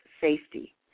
safety